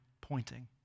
pointing